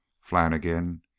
Flanagan